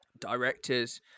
directors